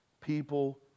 people